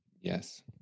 yes